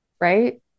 right